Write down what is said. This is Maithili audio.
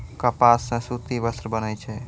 कपास सॅ सूती वस्त्र बनै छै